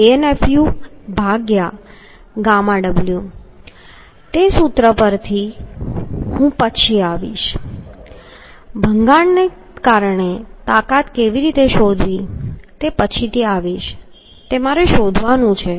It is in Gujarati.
9 Anfu ભાગ્યા gamma w તે સૂત્ર પર હું પછીથી આવીશ ભંગાણને કારણે તાકાત કેવી રીતે શોધવી તે પછીથી આવીશ તે મારે શોધવાનું છે